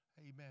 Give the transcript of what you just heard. amen